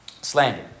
Slander